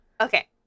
Okay